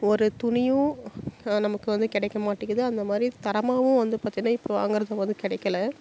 ஒரு துணியும் நமக்கு வந்து கிடைக்கமாட்டேங்குது அதுமாதிரி தரமாகவும் வந்து பார்த்திங்கனா இப்போ வாங்குறதும் வந்து கிடைக்கல